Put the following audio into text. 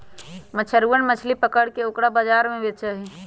मछुरवन मछली पकड़ के ओकरा बाजार में बेचा हई